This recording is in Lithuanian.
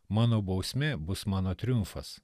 mano bausmė bus mano triumfas